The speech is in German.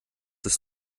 ist